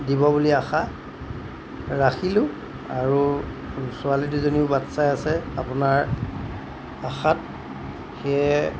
দিব বুলি আশা ৰাখিলোঁ আৰু ছোৱালী দুজনীও বাট চাই আছে আপোনাৰ আশাত সেয়ে